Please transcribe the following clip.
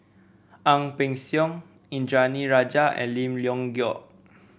Ang Peng Siong Indranee Rajah and Lim Leong Geok